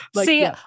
See